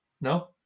No